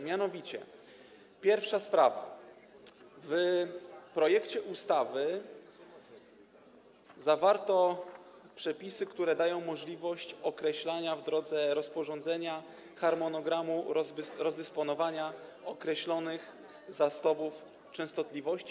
Mianowicie, pierwsza sprawa, w projekcie ustawy zawarto przepisy, które dają możliwość określania w drodze rozporządzenia harmonogramu rozdysponowania określonych zasobów częstotliwości.